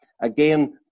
Again